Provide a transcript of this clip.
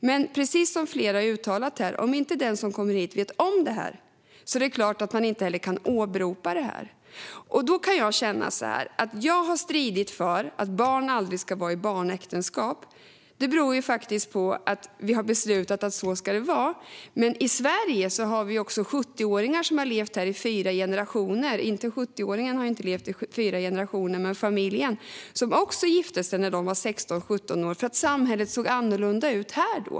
Men precis som flera har uttalat här: Om inte den som kommer hit vet om det här är det klart att man heller inte kan åberopa det. Jag har stridit för att barn aldrig ska vara i barnäktenskap. Det beror på att vi har beslutat att det ska vara så. Men i Sverige har vi 70-åringar vars familjer har levt här i fyra generationer och som också gifte sig när de var 16-17 år för att samhället såg annorlunda ut här då.